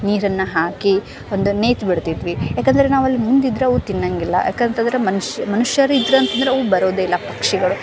ನೀರನ್ನು ಹಾಕಿ ಒಂದು ನೇತು ಬಿಡ್ತಿದ್ವಿ ಯಾಕಂದ್ರೆ ನಾವಲ್ಲಿ ಮುಂದಿದ್ದರೆ ಅವು ತಿನ್ನೋಂಗಿಲ್ಲ ಯಾಕಂತಂದ್ರೆ ಮನುಷ್ಯ ಮನುಷ್ಯರು ಇದ್ರು ಅಂತಂದ್ರೆ ಅವು ಬರೋದೆ ಇಲ್ಲ ಪಕ್ಷಿಗಳು